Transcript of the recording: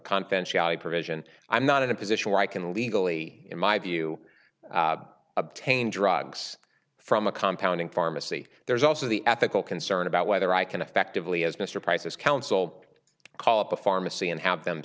confidentiality provision i'm not in a position where i can legally in my view obtain drugs from a compound in pharmacy there's also the ethical concern about whether i can effectively as mr price has counseled call up the pharmacy and have them